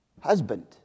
husband